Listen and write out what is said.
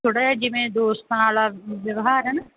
ਥੋੜ੍ਹਾ ਜਿਹਾ ਜਿਵੇਂ ਦੋਸਤਾਂ ਵਾਲਾ ਵਿਵਹਾਰ ਹੈ ਨਾ